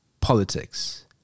politics